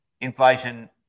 Inflation